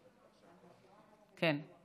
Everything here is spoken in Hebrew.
כן.